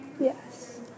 Yes